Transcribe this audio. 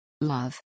Love